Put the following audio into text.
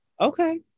Okay